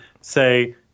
say